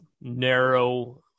narrow